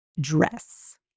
dress